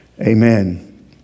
Amen